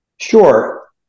Sure